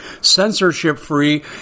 censorship-free